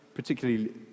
particularly